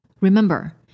Remember